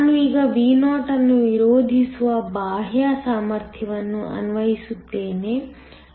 ನಾನು ಈಗ Vo ಅನ್ನು ವಿರೋಧಿಸುವ ಬಾಹ್ಯ ಸಾಮರ್ಥ್ಯವನ್ನು ಅನ್ವಯಿಸುತ್ತೇನೆ